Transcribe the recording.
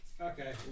Okay